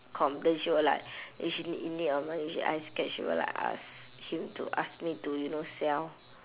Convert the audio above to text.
complain she will eh she n~ in need of money she I scared she will like ask him to ask me to you know sell